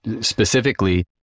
specifically